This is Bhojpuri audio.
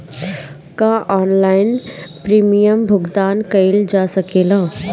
का ऑनलाइन प्रीमियम भुगतान कईल जा सकेला?